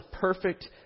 perfect